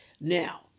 now